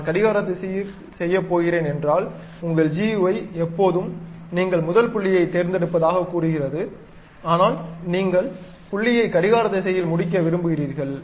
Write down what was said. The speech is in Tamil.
நான் கடிகார திசையில் செய்யப் போகிறேன் என்றால் உங்கள் GUI எப்போதும் நீங்கள் முதல் புள்ளியைத் தேர்ந்தெடுப்பதாகக் கூறுகிறது ஆனால் நீங்கள் புள்ளியை கடிகார திசையில் முடிக்க விரும்புகிறீர்கள்